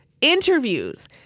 Interviews